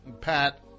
Pat